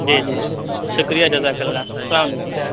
جی جی شکریہ جزاک اللہ اسلام علیکم